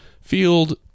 field